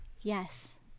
Yes